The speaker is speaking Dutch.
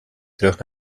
terug